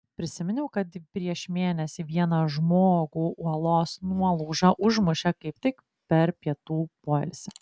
prisiminiau kad prieš mėnesį vieną žmogų uolos nuolauža užmušė kaip tik per pietų poilsį